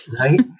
Right